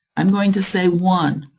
i'm going to say one.